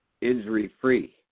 injury-free